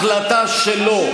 זו החלטה שלו.